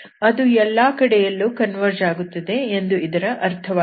ಅದು ಎಲ್ಲಾ ಕಡೆಯಲ್ಲೂ ಕನ್ವರ್ಜ್ ಆಗುತ್ತದೆ ಎಂದು ಇದರ ಅರ್ಥವಾಗಿದೆ